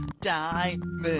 diamond